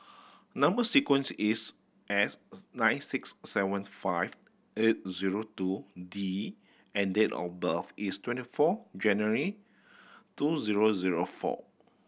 number sequence is S nine six seven five eight zero two D and date of birth is twenty four January two zero zero four